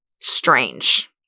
strange